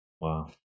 Wow